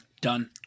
done